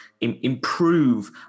improve